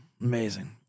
Amazing